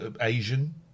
Asian